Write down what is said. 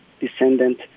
descendant